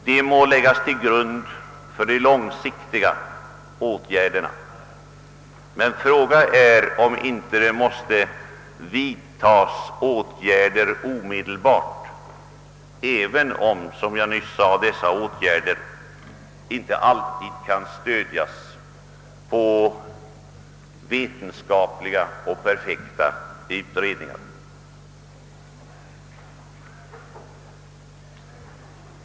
De må läggas till grund för de långsiktiga åtgärderna, men fråga är om det inte måste vidtas åtgärder omedelbart, även om — som jag nyss sade — sådana åtgärder inte alltid kan stödjas på vetenskapliga och perfekta utredningar.